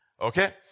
Okay